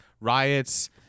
riots